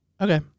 okay